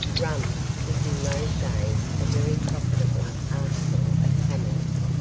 rum was in those days a very profitable article of commerce,